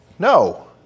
No